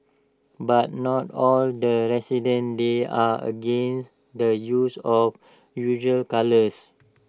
but not all the residents there are against the use of usual colours